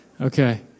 Okay